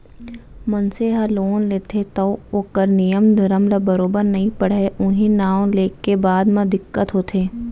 मनसे हर लोन लेथे तौ ओकर नियम धरम ल बरोबर नइ पढ़य उहीं नांव लेके बाद म दिक्कत होथे